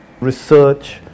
research